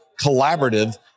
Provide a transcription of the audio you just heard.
Collaborative